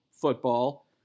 football